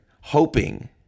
hoping